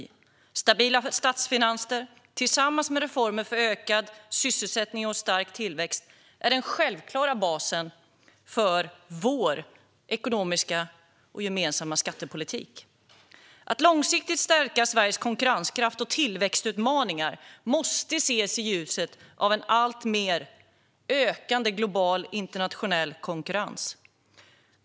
Stabila statsfinanser tillsammans med reformer för ökad sysselsättning och stark tillväxt är den självklara basen för vår gemensamma ekonomiska politik och skattepolitik. Att långsiktigt stärka Sveriges konkurrenskraft inför tillväxtutmaningar måste ses i ljuset av en alltmer ökande global internationell konkurrens.